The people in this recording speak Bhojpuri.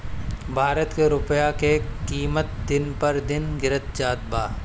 भारत के रूपया के किमत दिन पर दिन गिरत जात बा